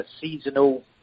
seasonal